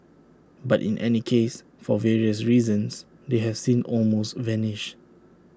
but in any case for various reasons they have since almost vanished